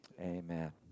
amen